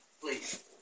please